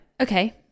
okay